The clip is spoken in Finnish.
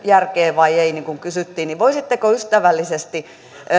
järkeä vai ei niin kuin kysyttiin voisitteko ystävällisesti